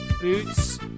Boots